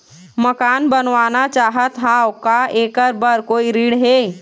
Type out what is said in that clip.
मकान बनवाना चाहत हाव, का ऐकर बर कोई ऋण हे?